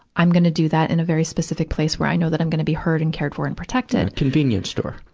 i'm gonna do that in a very specific place where i know that i'm gonna be heard and cared for and protected. a convenience store.